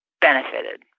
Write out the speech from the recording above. benefited